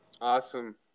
Awesome